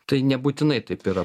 tai nebūtinai taip yra